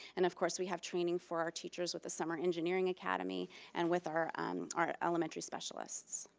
and of course we have training for our teachers with the summer engineering academy and with our our elementary specialists,